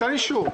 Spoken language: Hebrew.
ניתן אישור.